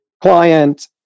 client